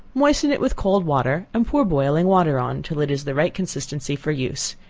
moisten it with cold water and pour boiling water on, till it is the right consistency for use.